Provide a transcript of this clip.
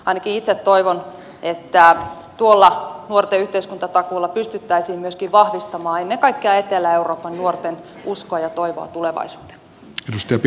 ainakin itse toivon että tuolla nuorten yhteiskuntatakuulla pystyttäisiin myöskin vahvistamaan ennen kaikkea etelä euroopan nuorten toivoa ja uskoa tulevaisuuteen